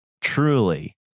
truly